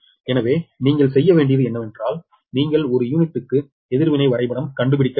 எனவே நீங்கள் செய்ய வேண்டியது என்னவென்றால் நீங்கள் ஒரு யூனிட்டுக்கு எதிர்வினை வரைபடம் கண்டுபிடிக்க வேண்டும்